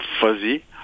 fuzzy